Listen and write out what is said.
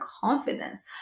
confidence